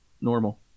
normal